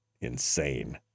insane